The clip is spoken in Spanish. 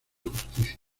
justicia